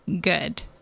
Good